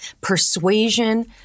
persuasion